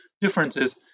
differences